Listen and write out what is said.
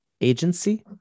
agency